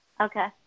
Okay